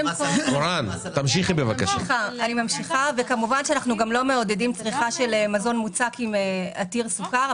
אנחנו כמובן לא מעודדים צריכה של מזון מוצק עתיר סוכר,